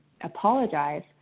apologize